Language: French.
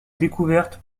découvertes